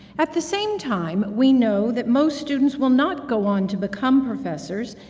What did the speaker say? at the same time we know that most students will not go on to become professors,